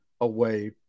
away